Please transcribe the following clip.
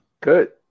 Good